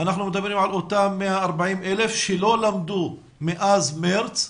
אנחנו מדברים על אותם 140,000 שלא למדו מאז חודש מארס.